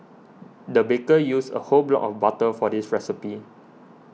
the baker used a whole block of butter for this recipe